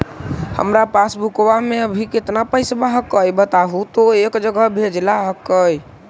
हमार पासबुकवा में अभी कितना पैसावा हक्काई बताहु तो एक जगह भेजेला हक्कई?